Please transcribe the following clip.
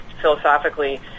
philosophically